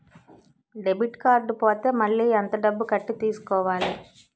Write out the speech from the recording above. Debit card పోతే మళ్ళీ ఎంత డబ్బు కట్టి తీసుకోవాలి?